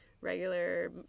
regular